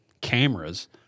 cameras